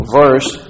verse